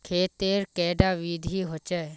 खेत तेर कैडा विधि होचे?